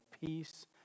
peace